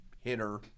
Hitter